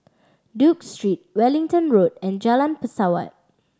Duke Street Wellington Road and Jalan Pesawat